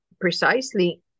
precisely